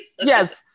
Yes